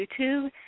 YouTube